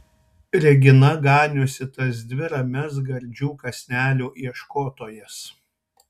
regina ganiusi tas dvi ramias gardžių kąsnelių ieškotojas